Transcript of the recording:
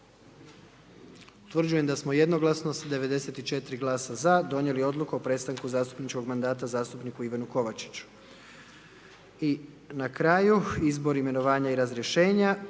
Utvrđujem da smo jednoglasno s 94 glasa ZA, donijeli odluku o prestanku zastupničkog mandata zastupniku Ivanu Kovačiću. **Jandroković, Gordan